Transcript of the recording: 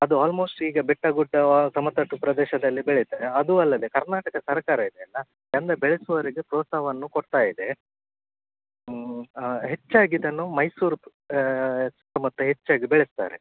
ಅದು ಆಲ್ಮೋಸ್ಟ್ ಈಗ ಬೆಟ್ಟ ಗುಡ್ಡವ ಸಮತಟ್ಟು ಪ್ರದೇಶದಲ್ಲಿ ಬೆಳೆತಾರೆ ಅದೂ ಅಲ್ಲದೆ ಕರ್ನಾಟಕ ಸರ್ಕಾರ ಇದೆ ಅಲ್ಲ ಗಂಧ ಬೆಳೆಸುವವರಿಗೆ ಪ್ರೋತ್ಸಾಹವನ್ನು ಕೊಡ್ತಾಯಿದೆ ಹೆಚ್ಚಾಗಿ ಇದನ್ನು ಮೈಸೂರು ಸುತ್ತಮುತ್ತ ಹೆಚ್ಚಾಗಿ ಬೆಳೆಸ್ತಾರೆ